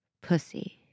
Pussy